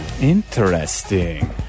Interesting